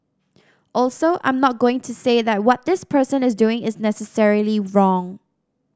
also I'm not going to say that what this person is doing is necessarily wrong